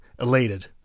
Elated